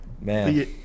Man